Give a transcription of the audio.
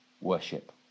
worship